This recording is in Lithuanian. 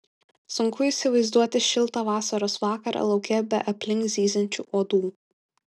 sunku įsivaizduoti šiltą vasaros vakarą lauke be aplink zyziančių uodų